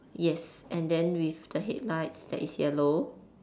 yes and then with the headlights that is yellow